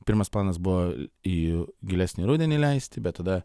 pirmas planas buvo į gilesnį rudenį leisti bet tada